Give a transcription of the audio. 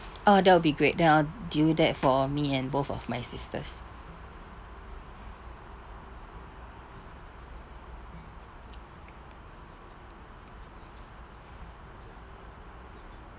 oh that will be great then I'll do that for me and both of my sisters